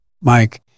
Mike